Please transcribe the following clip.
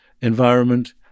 environment